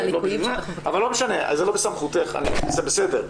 אבל לא משנה, זה לא בסמכותך, זה בסדר.